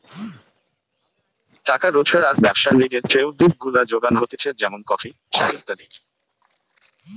টাকা রোজগার আর ব্যবসার লিগে যে উদ্ভিদ গুলা যোগান হতিছে যেমন কফি, চা ইত্যাদি